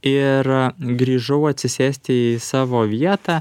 ir grįžau atsisėsti į savo vietą